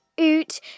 oot